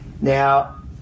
Now